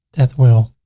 that will